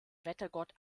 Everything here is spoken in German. wettergott